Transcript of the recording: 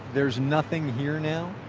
there's nothing here now,